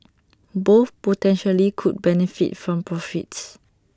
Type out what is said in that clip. both potentially could benefit from profits